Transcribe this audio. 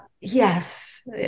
Yes